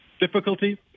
difficulty